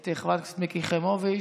את חברת הכנסת מיקי חיימוביץ',